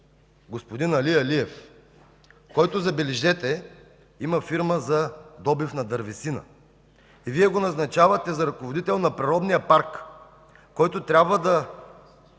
господин Али Алиев, който, забележете, има фирма за добив на дървесина! Вие го назначавате за ръководител на Природния парк, който трябва да